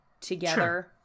together-